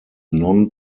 non